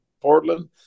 Portland